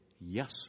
yes